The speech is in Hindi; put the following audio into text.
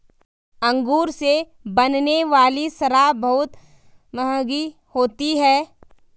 अंगूर से बनने वाली शराब बहुत मँहगी होती है